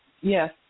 Yes